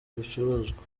ibicuruzwa